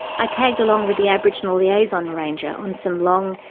i tagged along with the aboriginal liaison ranger on some long,